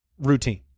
routine